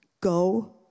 Go